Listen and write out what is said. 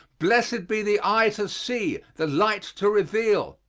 blessed be the eye to see, the light to reveal.